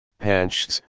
Panchs